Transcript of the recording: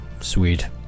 sweet